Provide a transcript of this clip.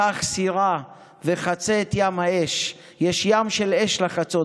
/ קח סירה / וחצה את ים האש" יש ים של אש לחצות,